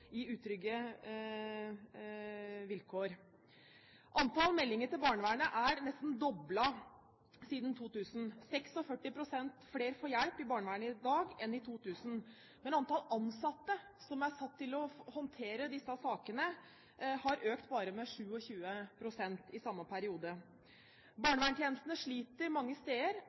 under utrygge vilkår. Antall meldinger til barnevernet er nesten doblet siden 2000. 46 pst. flere får hjelp i barnevernet i dag enn i 2000. Men antall ansatte som er satt til å håndtere disse sakene, har økt bare med 27 pst. i samme periode. Barnevernstjenestene sliter mange steder